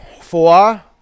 Four